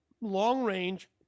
long-range